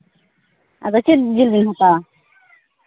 ᱟᱫᱚ ᱪᱮᱫ ᱡᱤᱞ ᱵᱮᱱ ᱦᱟᱛᱟᱣᱟ